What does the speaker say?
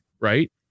right